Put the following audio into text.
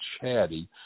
chatty